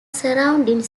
surrounding